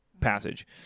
passage